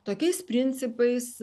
tokiais principais